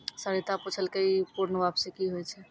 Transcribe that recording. सरिता पुछलकै ई पूर्ण वापसी कि होय छै?